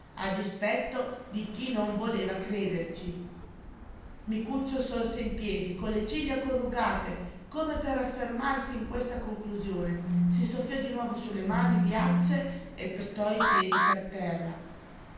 a dispetto di chi non voleva crederci micuccio sorse in piedi con le ciglia corrugate come per raffermarsi in questa conclusione si soffiò di nuovo su le mani diacce e pestò i piedi per terra